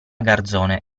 garzone